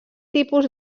tipus